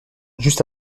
juste